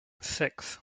six